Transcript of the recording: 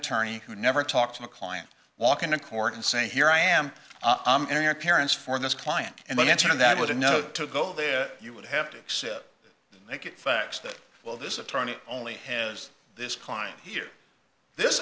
attorney who never talks in a client walk into court and say here i am i'm in your parents for this client and i enter that with a note to go there you would have to accept it facts that well this attorney only has this client here this